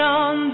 on